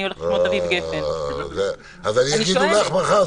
אני הולך --- אז יגידו לך מחר,